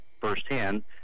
firsthand